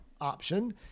option